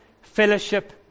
fellowship